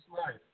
life